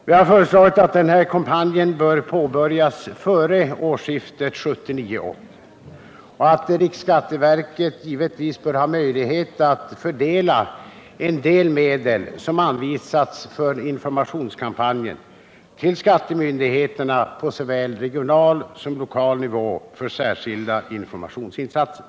Vi har föreslagit att den kampanjen påbörjas före årsskiftet 1979-1980. Vi anser att riksskatteverket givetvis bör ha möjlighet att fördela en del medel som anvisats för informationskampanjen till skattemyndigheterna på såväl regional som lokal nivå för särskilda informationsinsatser.